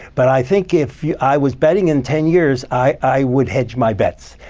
but i think if yeah i was betting in ten years, i would hedge my bets.